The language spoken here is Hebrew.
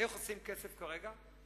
איך עושים כסף כרגע?